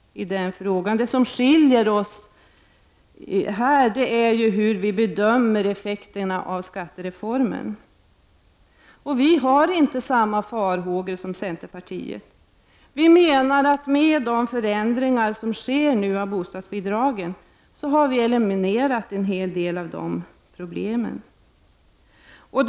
Det som skiljer oss åt i detta sammanhang är hur vi bedömer effekterna av skattereformen. Vi socialdemokrater hyser inte samma farhågor som centerpartiet. Vi menar att en hel del problem elimineras i och med de förändringar som nu sker av bostadsbidragen.